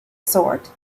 sort